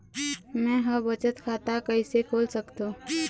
मै ह बचत खाता कइसे खोल सकथों?